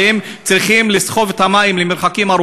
והם צריכים לסחוב את המים ממרחקים.